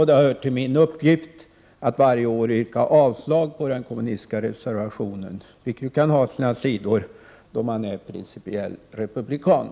Det hör till mina uppgifter att varje år yrka avslag på den kommunistiska reservationen, vilket ju kan ha sina sidor, då man är principiell republikan.